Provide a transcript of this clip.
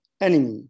enemy